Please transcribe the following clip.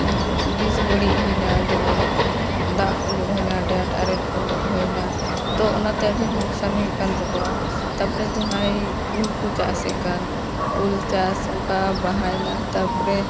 ᱵᱮᱥ ᱵᱟᱹᱲᱤᱡ ᱦᱩᱭᱮᱱᱟ ᱡᱮᱢᱚᱱ ᱫᱟᱜ ᱠᱚ ᱧᱩᱨᱦᱟᱹᱭᱮᱱᱟ ᱟᱹᱰᱤ ᱟᱸᱴ ᱟᱨᱮᱞ ᱠᱚ ᱧᱩᱨᱦᱟᱹᱭᱮᱱᱟ ᱛᱚ ᱚᱱᱟ ᱛᱮ ᱟᱹᱰᱤ ᱞᱚᱠᱥᱟᱱ ᱦᱩᱭᱩᱜ ᱠᱟᱱ ᱛᱟᱠᱚᱣᱟ ᱛᱟᱯᱚᱨᱮ ᱡᱟᱦᱟᱸᱭ ᱩᱞ ᱠᱚ ᱪᱟᱥᱮᱫ ᱠᱟᱱ ᱩᱞ ᱪᱟᱥ ᱚᱱᱠᱟ ᱵᱟᱦᱟᱭᱮᱱᱟ ᱛᱟᱯᱚᱨᱮ